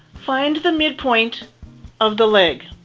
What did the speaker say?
find the midpoint of the leg,